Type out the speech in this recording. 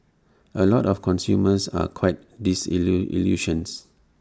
A lot of consumers are quite illusions